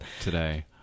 today